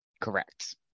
Correct